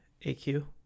AQ